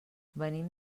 venim